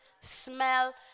smell